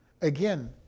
Again